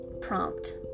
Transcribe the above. prompt